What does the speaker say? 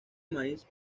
maíz